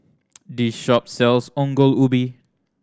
this shop sells Ongol Ubi